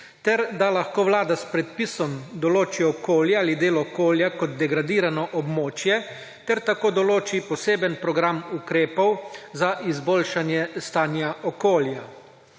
ter da lahko Vlada s predpisom določi okolje ali del okolja kot degradirano območje ter tako določi poseben program ukrepov za izboljšanje stanja okolja.